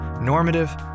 normative